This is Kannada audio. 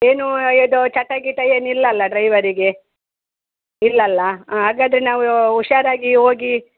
ಏನೂ ಯಾವ್ದೊ ಚಟ ಗಿಟ ಏನಿಲ್ಲಲ್ಲ ಡ್ರೈವರಿಗೆ ಇಲ್ಲಲ್ಲ ಹಾಗದ್ರೆ ನಾವೂ ಹುಷಾರಾಗಿ ಹೋಗಿ